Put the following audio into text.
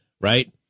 Right